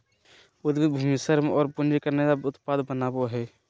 उद्यमी भूमि, श्रम और पूँजी के नया उत्पाद बनावो हइ